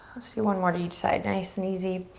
let's do one more to each side. nice and easy.